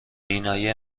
بینایی